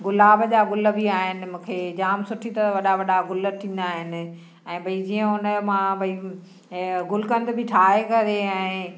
गुलाब जा गुल बि आहिनि मूंखे जामु सुठी तरह वॾा वॾा गुल थींदा आहिनि ऐं भई जीअं मां भई उन भई गुलकंद बि ठाहे करे ऐं